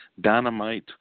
dynamite